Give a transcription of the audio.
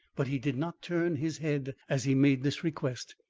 but he did not turn his head as he made this request.